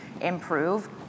improve